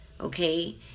okay